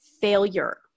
failure